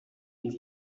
des